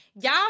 y'all